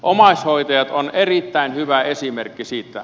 omaishoitajat ovat erittäin hyvä esimerkki siitä